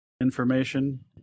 information